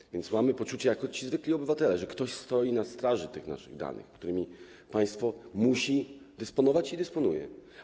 Mamy więc poczucie jako zwykli obywatele, że ktoś stoi na straży naszych danych, którymi państwo musi dysponować i dysponuje.